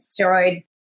steroid